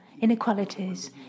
inequalities